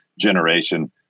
generation